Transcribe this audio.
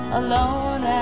alone